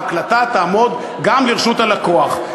ההקלטה תעמוד גם לרשות הלקוח.